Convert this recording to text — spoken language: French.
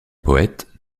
poète